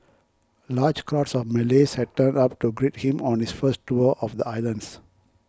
large crowds of Malays had turned up to greet him on his first tour of the islands